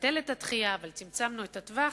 לבטל את הדחייה אבל צמצמנו את הטווח.